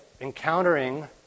encountering